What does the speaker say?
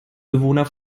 bewohner